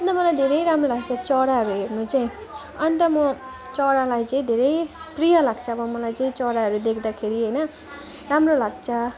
अन्त मलाई धेरै राम्रो लाग्छ चराहरू हेर्नु चाहिँ अन्त म चरालाई चाहिँ धेरै प्रिय लाग्छ अब मलाई चाहिँ चराहरू देख्दाखेरि होइन राम्रो लाग्छ